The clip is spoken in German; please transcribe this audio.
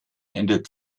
ändert